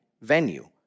venue